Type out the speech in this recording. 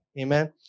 Amen